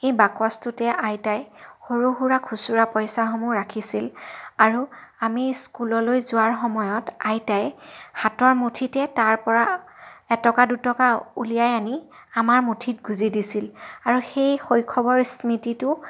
সেই বাকচটোতে আইতাই সৰু সুৰা খুচুৰা পইচাসমূহ ৰাখিছিল আৰু আমি স্কুললৈ যোৱাৰ সময়ত আইতাই হাতৰ মুঠিতে তাৰ পৰা এটকা দুটকা উলিয়াই আনি আমাৰ মুঠিত গুজি দিছিল আৰু সেই শৈশৱৰ স্মৃতিটো